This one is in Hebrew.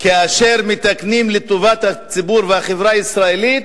כאשר מתקנים לטובת הציבור והחברה הישראלית,